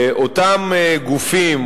אותם גופים,